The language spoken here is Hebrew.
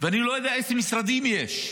ואני לא יודע איזה משרדים יש.